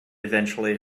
eventually